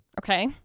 Okay